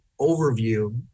overview